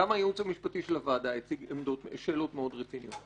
גם הייעוץ המשפטי של הוועדה הציג שאלות מאוד רציניות.